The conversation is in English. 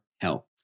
help